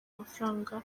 amafaranga